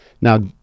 Now